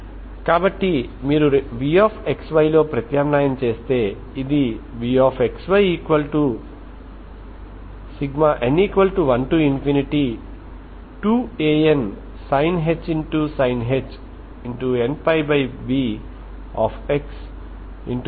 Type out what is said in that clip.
కాబట్టి మీరు vxy లో ప్రత్యామ్నాయం చేస్తే అది vxyn12Ansinh nπbx